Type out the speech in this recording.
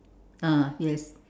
ah yes